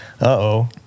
Uh-oh